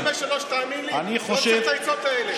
אני בן 53, תאמין לי, אני לא צריך את העצות האלה.